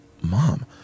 Mom